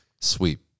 sweep